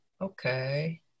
okay